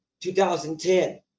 2010